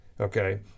okay